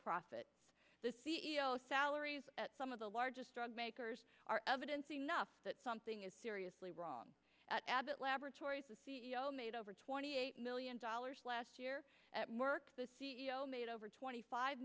profit the c e o salaries at some of the largest drug makers are evidence enough that something is seriously wrong at abbott laboratories the c e o made over twenty eight million dollars last year at merck the c e o made over twenty five